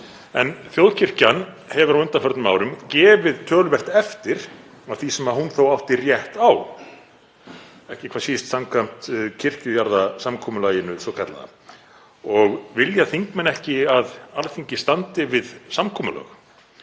Þjóðkirkjan hefur á undanförnum árum gefið töluvert eftir af því sem hún þó átti rétt á, ekki hvað síst samkvæmt kirkjujarðasamkomulaginu svokallaða. Vilja þingmenn ekki að Alþingi standi við samninga?